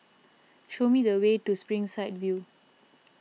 show me the way to Springside View